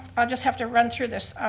i'll just have to run through this.